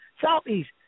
Southeast